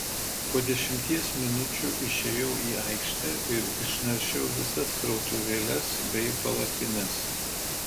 po dešimties minučių išėjau į aikštę ir išnaršiau visas krautuvėles bei palapines